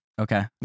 Okay